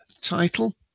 title